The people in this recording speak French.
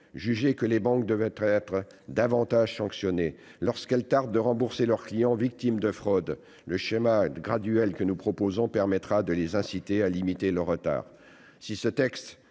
jugé que les banques devaient être davantage sanctionnées lorsqu'elles tardent à rembourser leurs clients victimes de fraudes. Le schéma graduel que nous proposons permettra de les inciter à limiter leur retard.